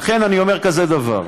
לכן, אני אומר כזה דבר: